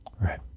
Right